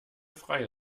freie